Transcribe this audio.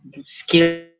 skill